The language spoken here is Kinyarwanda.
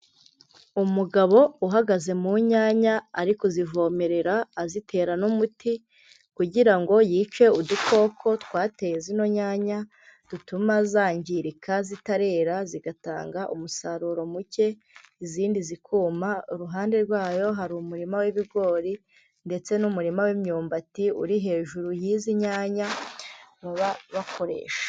Umugabo uhagaze mu nyanya ariko zivomerera azitera n'umuti kugira ngo yice udukoko twateye zino nyanya dutuma zangirika zitarera zigatanga umusaruro muke izindi zikuma, iruhande rwa yo hari umurima w'ibigori ndetse n'umurima w'imyumbati uri hejuru y'izi nyanya baba bakoresha.